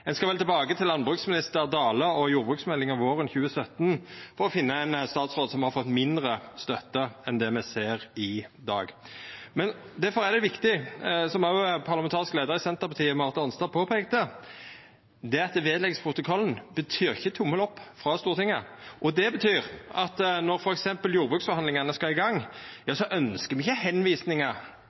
Ein skal vel tilbake til landbruksminister Dale og jordbruksmeldinga våren 2017 for å finna ein statsråd som har fått mindre støtte enn det me ser i dag. Difor er det viktig, som òg parlamentarisk leiar i Senterpartiet, Marit Arnstad, påpeikte, at det at det vert lagt ved protokollen, ikkje betyr tommel opp frå Stortinget. Og det betyr at når f.eks. jordbruksforhandlingane skal i gang, ønskjer me ikkje